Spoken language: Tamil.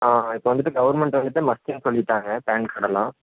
ஆ இப்போ வந்துட்டு கவர்மண்ட் வந்துட்டு மஸ்ட்டுன்னு சொல்லிவிட்டாங்க பேன் கார்டெல்லாம்